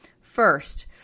First